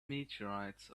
meteorites